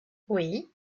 oui